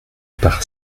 par